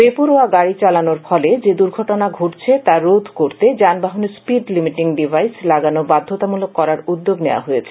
বেপরোয়া গাড়ি চালানোর ফলে যে দুর্ঘটনা ঘটছে তা রোধ করতে যানবাহনে স্পিড লিমিটিং ডিভাইস লাগানো বাধ্যতামূলক করার উদ্যোগ নেওয়া হয়েছে